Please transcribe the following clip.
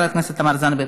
חברת הכנסת תמר זנדברג,